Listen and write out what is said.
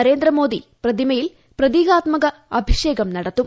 നരേന്ദ്രമോദി പ്രതിമയിൽ പ്രതീകാത്മക അഭിഷേകം നടത്തും